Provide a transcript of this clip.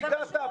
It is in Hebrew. אז הגעת.